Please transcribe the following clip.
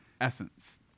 essence